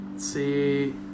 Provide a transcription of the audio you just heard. see